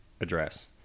address